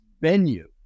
venue